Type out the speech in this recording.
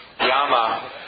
yama